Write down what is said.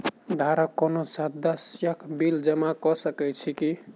घरक कोनो सदस्यक बिल जमा कऽ सकैत छी की?